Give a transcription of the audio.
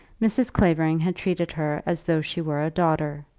mrs. clavering had treated her as though she were a daughter.